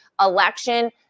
election